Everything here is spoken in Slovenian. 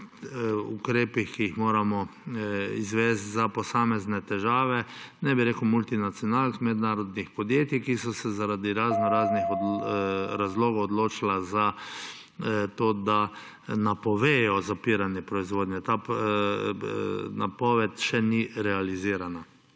ukrepih, ki jih moramo izvesti, za posamezne težave, ne bi rekel multinacionalk, mednarodnih podjetij, ki so se zaradi raznoraznih razlogov odločila, da napovejo zapiranje proizvodnje. Ta napoved še ni realizirana.